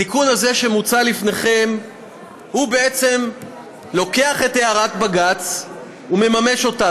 התיקון הזה שמוצע לפניכם בעצם לוקח את הערת בג"ץ ומממש אותה.